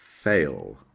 Fail